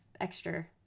extra